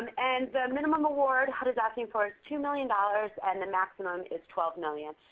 and and the minimum award hud is asking for is two million dollars, and the maximum is twelve million